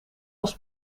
als